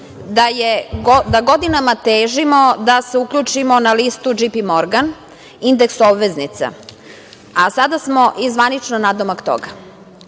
da godinama težimo da se uključimo na listu J.P. Morgan indeks obveznica. Sada smo i zvanično nadomak toga,